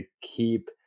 keep